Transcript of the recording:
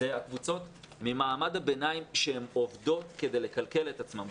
אלה הקבוצות ממעמד הביניים שהן עובדות כדי לכלכל את עצמם,